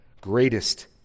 greatest